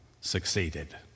succeeded